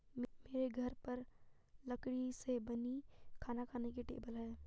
मेरे घर पर लकड़ी से बनी खाना खाने की टेबल है